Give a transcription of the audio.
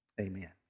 Amen